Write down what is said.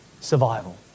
survival